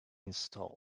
installed